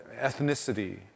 ethnicity